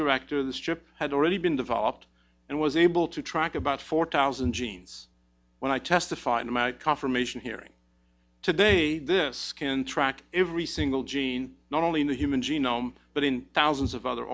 director this trip had already been developed and was able to track about four thousand genes when i testify in america confirmation hearing today this can track every single gene not only in the human genome but in thousands of other